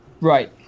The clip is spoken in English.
Right